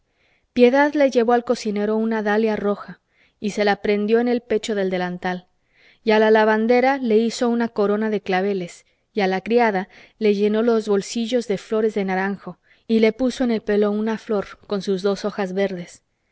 piedad le llevó al cocinero una dalia roja y se la prendió en el pecho del delantal y a la lavandera le hizo una corona de claveles y a la criada le llenó los bolsillos de flores de naranjo y le puso en el pelo una flor con sus dos hojas verdes